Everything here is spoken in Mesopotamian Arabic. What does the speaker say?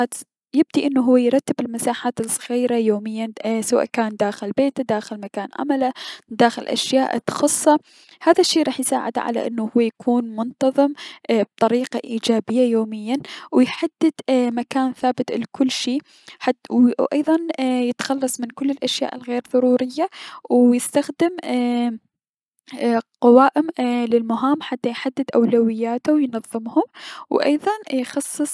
يبدي انو هو يرتب المكانات الصغيرة يوميا سواء داخل بيته ،داخل مكان عمله، داخا اشياء تخصه، هذا الشي راح يساعده على انو هو يكون منتظم اي- بطريقة ايجابية يوميا، و يحدد اي- مكان ثابت لكل شي حت و ايضا يتخلص من كل الأشياء الغير ضرورية، و يستخدم اييي- قوائم ايي- للمهام حتى يحدد اولوياته و ينضمهم و ايضا يخصص.